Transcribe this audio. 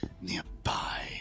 nearby